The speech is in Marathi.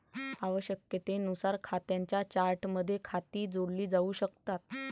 आवश्यकतेनुसार खात्यांच्या चार्टमध्ये खाती जोडली जाऊ शकतात